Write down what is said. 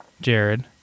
jared